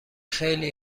خیلی